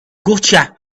gotcha